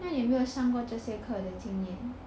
那你有没有上过这些科的经验